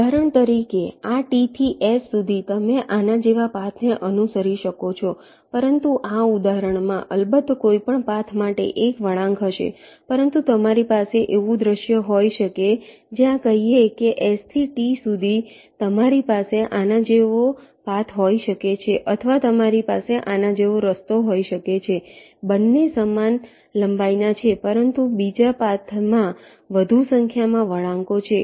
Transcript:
ઉદાહરણ તરીકે આ T થી S સુધી તમે આના જેવા પાથને અનુસરી શકો છો પરંતુ આ ઉદાહરણમાં અલબત્ત કોઈપણ પાથ માટે 1 વળાંક હશે પરંતુ તમારી પાસે એવું દૃશ્ય હોઈ શકે જ્યાં કહીએ કે S થી T સુધી તમારી પાસે આના જેવો પાથ હોઈ શકે છે અથવા તમારી પાસે આના જેવો રસ્તો હોઈ શકે છે બંને સમાન લંબાઈના છે પરંતુ બીજા પાથમાં વધુ સંખ્યામાં વળાંકો છે